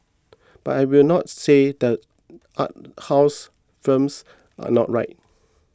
but I will not say that art house films are not right